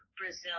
Brazil